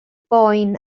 boen